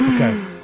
Okay